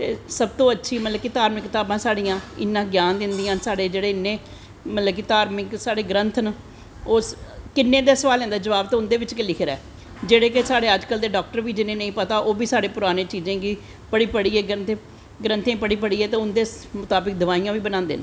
ते सब तो अच्छी मतलव कि धार्मिक कताबां साढ़ियां इन्ना ग्यान दिंदियां न साढ़े जेह्ड़े इन्नें मतलव कि धार्मिक साढ़े ग्रंथ न ओह् किन्नें गै सोआलें दा जबाब ते उंदे च गै लिखे दा ऐ जेह्ड़े कि साढ़े डाक्तर जिनें गी नेंई पता ओह् बी पढ़ी पढियै गै ते गर्ंथें गी पढ़ी पढियै ते उंदै मताबिक दवाईयां बी बनांदे न